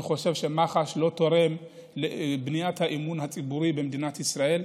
ואני חושב שמח"ש לא תורמת לבניית האמון הציבורי במדינת ישראל,